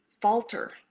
falter